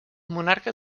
monarca